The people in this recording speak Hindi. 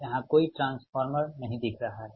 यहां कोई ट्रांसफार्मर नहीं दिख रहा है